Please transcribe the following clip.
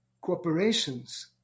corporations